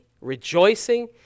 rejoicing